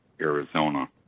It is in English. Arizona